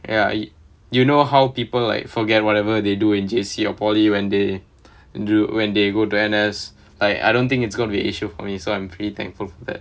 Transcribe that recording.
ya it you know how people like forget whatever they do in J_C or polytechnic when they drew when they go to N_S like I don't think it's going to be an issue for me so I'm pretty thankful for that